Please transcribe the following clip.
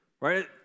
right